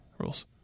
rules